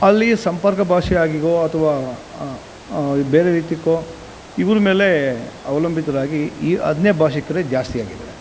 ಅಲ್ಲಿಯ ಸಂಪರ್ಕ ಭಾಷೆ ಆಗಿಯೋ ಅಥವಾ ಇದು ಬೇರೆ ರೀತಿಗೋ ಇವ್ರ ಮೇಲೆ ಅವಲಂಬಿತರಾಗಿ ಈ ಅನ್ಯ ಭಾಷಿಕರೆ ಜಾಸ್ತಿ ಆಗಿದ್ದಾರೆ